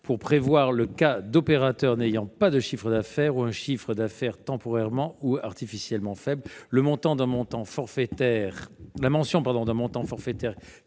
pour prévoir le cas d'opérateurs ne réalisant pas de chiffre d'affaires ou réalisant un chiffre d'affaires temporairement ou artificiellement faible. Le fait de combiner un montant forfaitaire